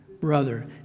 brother